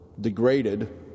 degraded